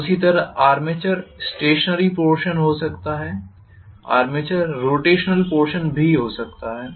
उसी तरह armature stationary हो सकता है आर्मेचर रोटेशनल हो सकता है